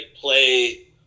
play